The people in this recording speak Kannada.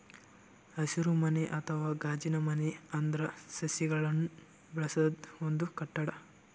ಹಸಿರುಮನೆ ಅಥವಾ ಗಾಜಿನಮನೆ ಅಂದ್ರ ಸಸಿಗಳನ್ನ್ ಬೆಳಸದ್ ಒಂದ್ ಕಟ್ಟಡ